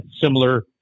similar